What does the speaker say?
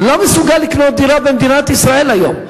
לא מסוגל לקנות דירה במדינת ישראל היום.